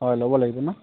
হয় ল'ব লাগিব নহ্